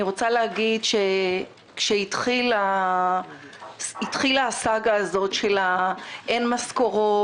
אני רוצה להגיד שכשהתחילה הסאגה הזאת של ה"אין משכורות",